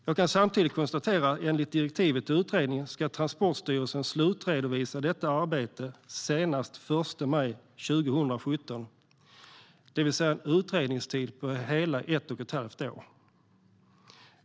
Jag kan samtidigt konstatera att Transportstyrelsen, enligt direktivet till utredningen, ska slutredovisa detta arbete senast den 1 maj 2017 - en utredningstid på hela ett och ett halvt år.